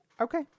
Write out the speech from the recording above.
Okay